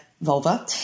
vulva